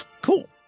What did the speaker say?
Cool